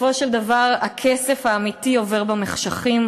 בסופו של דבר, הכסף האמיתי עובר במחשכים,